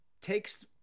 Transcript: takes